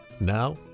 Now